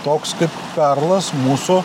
toks kaip perlas mūsų